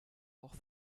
auch